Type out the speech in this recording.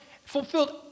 Fulfilled